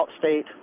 state